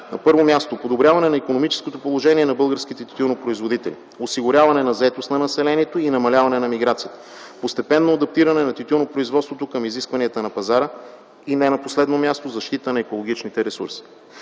На първо място, подобряване на икономическото положение на българските тютюнопроизводители. Осигуряване на заетост на населението и намаляване на миграцията. Постепенно адаптиране на тютюнопроизводството към изискванията на пазара и не на последно място, защита на екологичните ресурси.